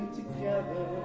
together